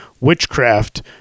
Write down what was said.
witchcraft